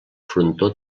frontó